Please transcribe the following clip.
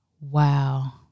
Wow